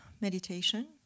Meditation